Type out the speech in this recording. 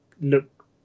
look